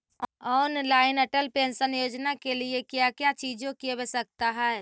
Online Atal pension योजना के लिए क्या क्या चीजों की आवश्यकता है?